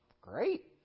great